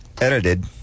Edited